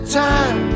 time